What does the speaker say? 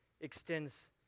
extends